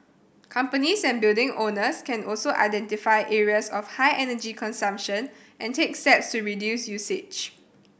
companies and building owners can also identify areas of high energy consumption and take steps to reduce usage